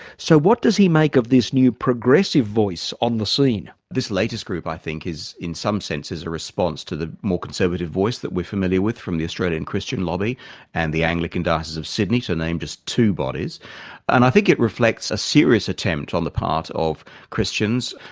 so what does he make of this new progressive voice on the scene? this latest group, i think is in some senses a response to the more conservative voice that we're familiar with from the australian christian lobby and the anglican diocese of sydney to name just two bodies and i think it reflects a serious attempt on the part of christians,